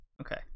okay